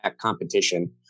competition